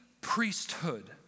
priesthood